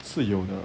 是有的